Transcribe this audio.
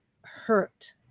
hurt